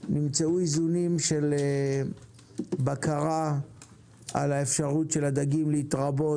נמצאו איזונים של בקרה על האפשרות של הדגים להתרבות